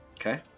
Okay